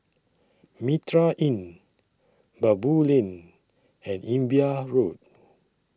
Mitraa Inn Baboo Lane and Imbiah Road